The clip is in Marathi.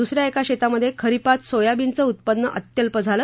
दुसऱ्या एका शेतामध्ये खरीपात सोयाबीनचे उत्पन्न अत्यल्प झाले